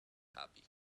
happy